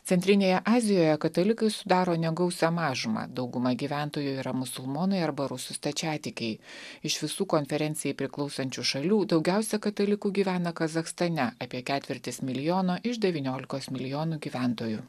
centrinėje azijoje katalikai sudaro negausią mažumą dauguma gyventojų yra musulmonai arba rusų stačiatikiai iš visų konferencijai priklausančių šalių daugiausia katalikų gyvena kazachstane apie ketvirtis milijono iš devyniolikos milijonų gyventojų